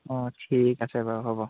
অঁ ঠিক আছে বাৰু হ'ব